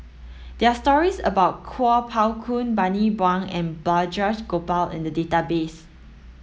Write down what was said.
there are stories about Kuo Pao Kun Bani Buang and Balraj Gopal in the database